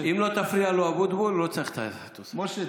לא, לא צריך להוסיף לי כמה דקות, משה.